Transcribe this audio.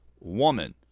woman